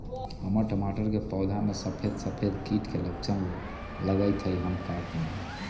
हमर टमाटर के पौधा में सफेद सफेद कीट के लक्षण लगई थई हम का करू?